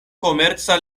komerca